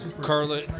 Carla